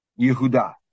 Yehuda